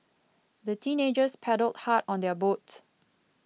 the teenagers paddled hard on their boat